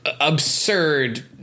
absurd